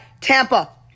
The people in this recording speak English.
Tampa